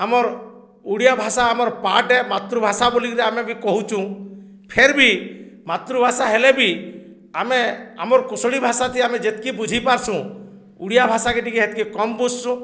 ଆମର୍ ଓଡ଼ିଆ ଭାଷା ଆମର୍ ପାଟେ ମାତୃଭାଷା ବୋଲିକିରି ଆମେ ବି କହୁଛୁଁ ଫେର୍ ବି ମାତୃଭାଷା ହେଲେ ବି ଆମେ ଆମର୍ କୋଶଳୀ ଭାଷାଟି ଆମେ ଯେତ୍କି ବୁଝି ପାର୍ସୁ ଓଡ଼ିଆ ଭାଷାକେ ଟିକେ ହେତ୍କି କମ୍ ବୁଝସୁଁ